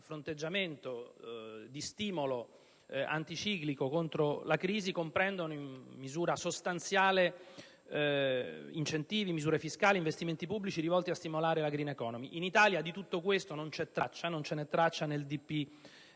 fronteggiamento e di stimolo anticiclico contro la crisi comprendono in modo sostanziale incentivi, misure fiscali ed investimenti pubblici rivolti a stimolare la *green economy*. In Italia di tutto ciò non c'è traccia, e questo vale